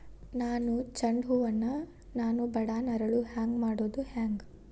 ನನ್ನ ಚಂಡ ಹೂ ಅನ್ನ ನಾನು ಬಡಾನ್ ಅರಳು ಹಾಂಗ ಮಾಡೋದು ಹ್ಯಾಂಗ್?